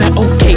okay